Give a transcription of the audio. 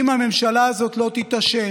אם הממשלה הזאת לא תתעשת,